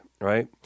Right